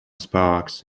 sparks